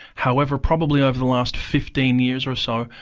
however, probably over the last fifteen years or so,